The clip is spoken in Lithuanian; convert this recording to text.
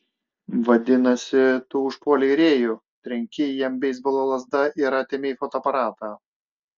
vadinasi tu užpuolei rėjų trenkei jam beisbolo lazda ir atėmei fotoaparatą